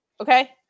Okay